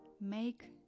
Make